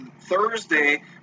thursday